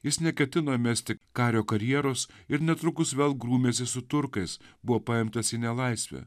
jis neketino mesti kario karjeros ir netrukus vėl grūmėsi su turkais buvo paimtas į nelaisvę